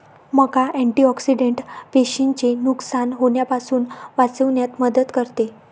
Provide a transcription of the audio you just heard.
मका अँटिऑक्सिडेंट पेशींचे नुकसान होण्यापासून वाचविण्यात मदत करते